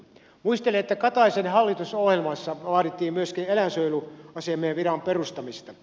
muistelen että kataisen hallitusohjelmassa vaadittiin myöskin eläinsuojeluasiamiehen viran perustamista